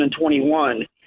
2021